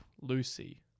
Lucy